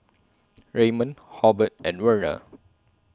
Raymon Hobert and Werner